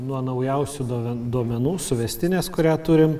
nuo naujausių duomenų suvestinės kurią turim